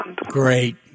great